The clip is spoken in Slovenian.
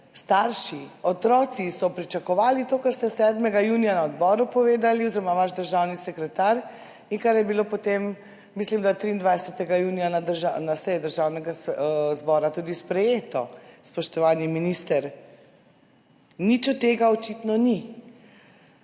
starši, otroci so pričakovali to, kar ste 7. junija na odboru, oziroma vaš državni sekretar, povedali in kar je bilo potem, mislim, da 23. junija, na seji Državnega zbora tudi sprejeto. Spoštovani minister, ničesar od tega očitno ni.